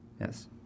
Yes